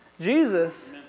Jesus